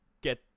get